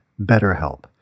BetterHelp